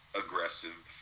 aggressive